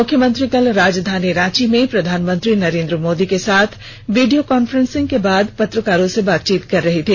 मुख्यमंत्री कल राजधानी रांची में प्रधानमंत्री नरेंद्र मोदी के साथ वीडियो कान्फ्रेंसिंग के बाद पत्रकारों से बातचीत कर रहे थे